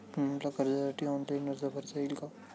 मला कर्जासाठी ऑनलाइन अर्ज भरता येईल का?